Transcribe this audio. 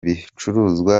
bicuruzwa